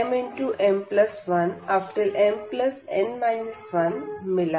mm1mn 1 मिला